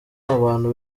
abantu